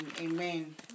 Amen